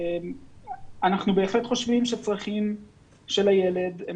אנחנו בהחלט חושבים שהצרכים של הילד הם